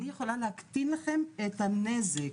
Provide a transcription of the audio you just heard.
אני יכולה להקטין לכם את הנזק,